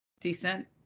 Decent